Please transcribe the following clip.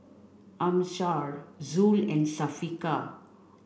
Amsyar Zul and Syafiqah